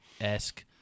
esque